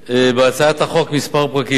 בהצעת החוק פרקים מספר.